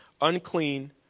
unclean